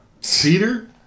Cedar